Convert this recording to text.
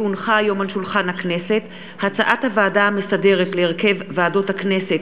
כי הונחה היום על שולחן הכנסת הצעת הוועדה המסדרת להרכב ועדות הכנסת,